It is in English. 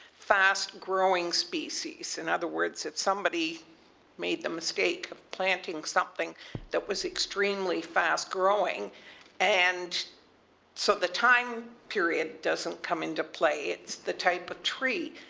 fast growing species. in other words, if somebody made the mistake of planting something that was extremely fast growing and so the time period doesn't come into play, it's the type of tree.